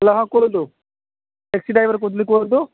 hello taxi driver କହୁଥିଲି କୁହନ୍ତୁ